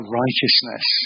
righteousness